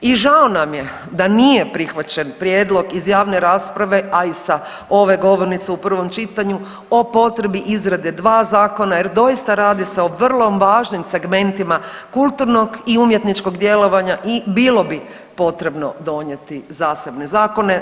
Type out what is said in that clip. I žao nam je da nije prihvaćen prijedlog iz javne rasprave, a i sa ove govornice u prvom čitanju o potrebi izrade 2 zakona jer doista, radi se o vrlo važnim segmentima kulturnog i umjetničkog djelovanja i bilo bi potrebno donijeti zasebne zakone.